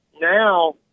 now